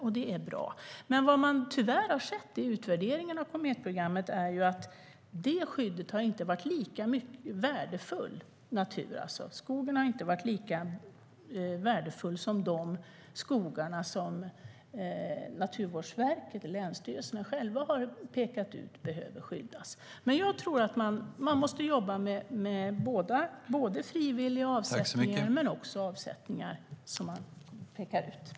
Det är bra. Men tyvärr har man sett i utvärderingen av Kometprogrammet att skyddet inte har avsett lika värdefull natur och skog som de skogar som Naturvårdsverket och länsstyrelserna har pekat ut behöver skyddas.